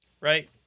right